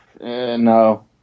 No